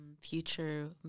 future